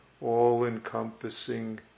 all-encompassing